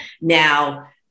now